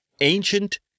ancient